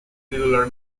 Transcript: titular